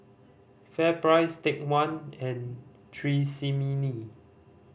FairPrice Take One and Tresemme